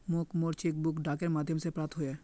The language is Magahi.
मोक मोर चेक बुक डाकेर माध्यम से प्राप्त होइए